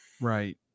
Right